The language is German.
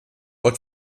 ort